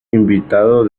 invitado